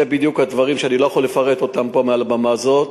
אלה בדיוק הדברים שאני לא יכול לפרט פה מעל הבמה הזאת,